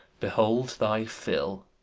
behold thy fill.